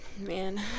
Man